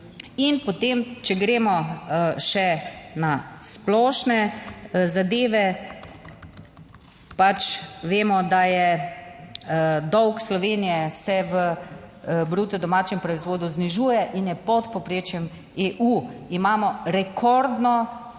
In potem, če gremo še na splošne zadeve. Pač vemo, da je dolg Slovenije se v bruto domačem proizvodu znižuje in je pod povprečjem EU. Imamo rekordno